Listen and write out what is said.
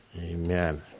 Amen